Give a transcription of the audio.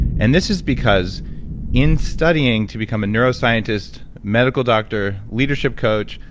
and this is because in studying to become a neuroscientist, medical doctor, leadership coach,